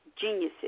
geniuses